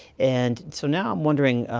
and so now i'm wondering,